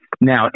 Now